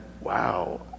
wow